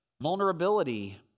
vulnerability